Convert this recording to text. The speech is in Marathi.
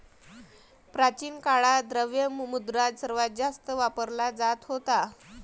प्राचीन काळात, द्रव्य मुद्रा सर्वात जास्त वापरला जात होता